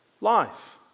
life